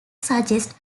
suggest